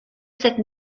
cette